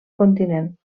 continent